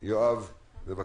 יואב, בבקשה.